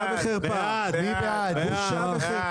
הוא חוק שמקרין לנבחרי ציבור שגם אם הם ימעלו או